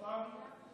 הצבענו,